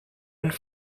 and